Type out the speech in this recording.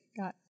got